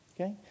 Okay